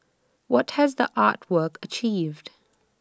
what has the art work achieved